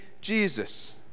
Jesus